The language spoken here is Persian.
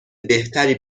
بهتری